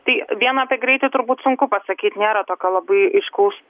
tai vien apie greitį turbūt sunku pasakyt nėra tokio labai aiškaus